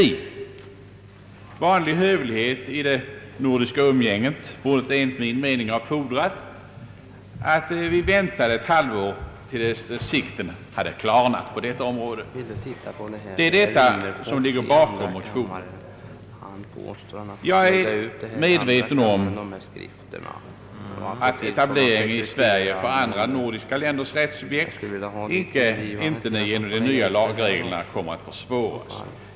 Vanlig hövlighet i det nordiska umgänget borde enligt min mening ha fordrat att vi väntade ett halvår, till dess sikten hade klarnat på detta område, Det är detta som ligger bakom motionerna. Jag är medveten om att etablering i Sverige av andra nordiska länders rättssubjekt inte genom de nya lagreglerna kommer att försvåras.